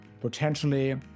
potentially